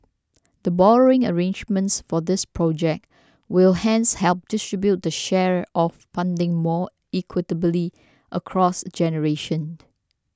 the borrowing arrangements for these project will hence help distribute the share of funding more equitably across generations